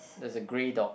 there's a grey dog